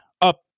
up